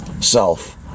self